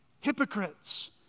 hypocrites